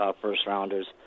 first-rounders